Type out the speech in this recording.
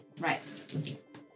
Right